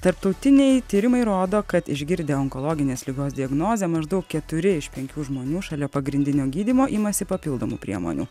tarptautiniai tyrimai rodo kad išgirdę onkologinės ligos diagnozę maždaug keturi iš penkių žmonių šalia pagrindinio gydymo imasi papildomų priemonių